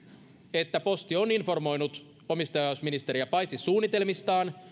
että posti on informoinut omistajaohjausministeriä paitsi suunnitelmistaan